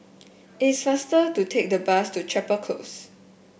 it's faster to take the bus to Chapel Close